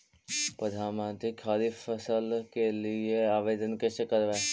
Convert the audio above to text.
प्रधानमंत्री खारिफ फ़सल योजना के लिए आवेदन कैसे करबइ?